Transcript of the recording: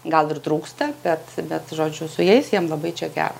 gal ir trūksta bet bet žodžiu su jais jiem labai čia gera